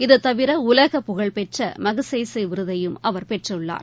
இது தவிர உலகப்புகழ்பெற்ற மாக்ஸேஷே விருதையும் அவர் பெற்றுள்ளார்